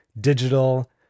digital